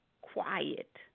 quiet